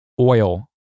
oil